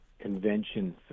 convention